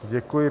Děkuji.